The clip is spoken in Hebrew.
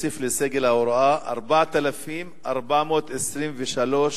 יש להוסיף לסגל ההוראה במערכת החינוך הערבית 4,423 משרות.